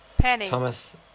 Thomas